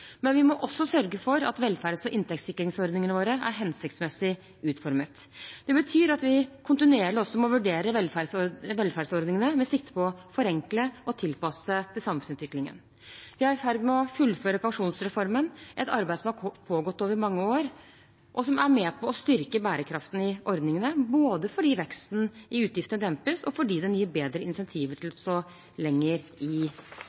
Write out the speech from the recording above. Men vi må også sørge for at velferds- og inntektssikringsordningene våre er hensiktsmessig utformet. Det betyr at vi kontinuerlig også må vurdere velferdsordningene med sikte på å forenkle og tilpasse dem til samfunnsutviklingen. Vi er i ferd med å fullføre pensjonsreformen, et arbeid som har pågått over mange år, og som er med på å styrke bærekraften i ordningene, både fordi veksten i utgiftene dempes, og fordi den gir bedre incentiver til å stå lenger i jobb. Reformen er avgjørende dersom vi også i